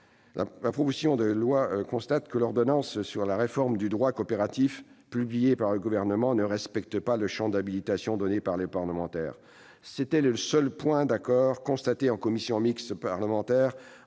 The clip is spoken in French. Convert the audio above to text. la proposition de loi que l'ordonnance sur la réforme du droit coopératif publiée par le Gouvernement ne respecte pas le champ de l'habilitation donnée par les parlementaires. C'était le seul point d'accord constaté en commission mixte paritaire